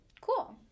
Cool